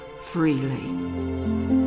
freely